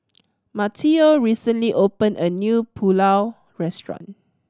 Mateo recently opened a new Pulao Restaurant